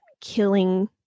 killing